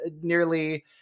nearly